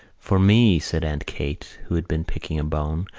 for me, said aunt kate, who had been picking a bone,